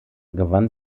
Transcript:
gewann